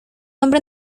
hombre